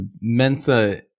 Mensa